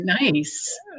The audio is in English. nice